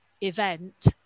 event